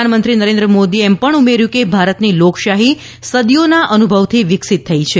પ્રધાનમંત્રી નરેન્દ્રમોદીએ એમ પણ ઉમેર્યુ કે ભારતની લોકશાહી સદીઓના અનુભવથી વિકસીત થઈ છે